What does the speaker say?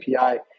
API